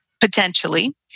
potentially